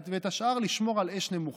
ואת השאר לשמור על אש נמוכה.